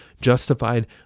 justified